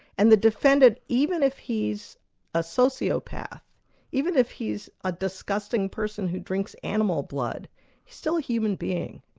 and the defendant, even if he's a sociopath even if he's a disgusting person who drinks animal blood, he's still a human being.